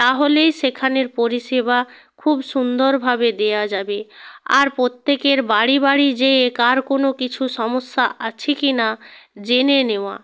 তাহলেই সেখানের পরিষেবা খুব সুন্দরভাবে দেওয়া যাবে আর প্রত্যেকের বাড়ি বাড়ি যেয়ে কার কোনো কিছু সমস্যা আছে কিনা জেনে নেওয়া